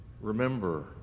remember